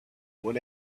one